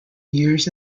years